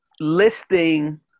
listing